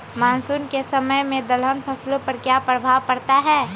Monsoon के समय में दलहन फसलो पर क्या प्रभाव पड़ता हैँ?